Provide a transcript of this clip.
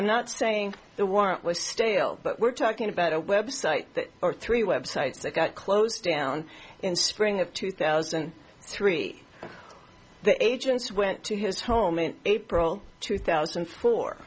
i'm not saying the warrant was stale but we're talking about a website or three websites that got closed down in spring of two thousand and three the agents went to his home in april two thousand